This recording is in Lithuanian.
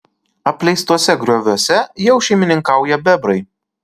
apleistuose grioviuose jau šeimininkauja bebrai